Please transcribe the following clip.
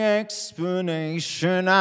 explanation